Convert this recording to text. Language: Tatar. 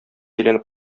әйләнеп